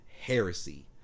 heresy